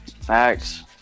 Facts